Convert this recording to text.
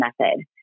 method